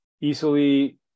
easily